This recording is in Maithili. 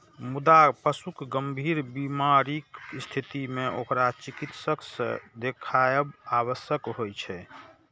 मुदा पशुक गंभीर बीमारीक स्थिति मे ओकरा चिकित्सक सं देखाएब आवश्यक होइ छै